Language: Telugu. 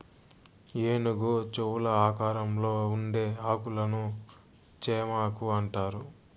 ఏనుగు చెవుల ఆకారంలో ఉండే ఆకులను చేమాకు అంటారు